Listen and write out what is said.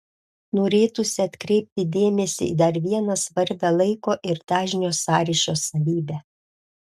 norėtųsi atkreipti dėmesį į dar vieną svarbią laiko ir dažnio sąryšio savybę